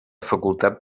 facultat